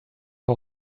how